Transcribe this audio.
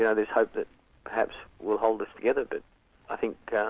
yeah there's hope that perhaps we'll hold this together, but i think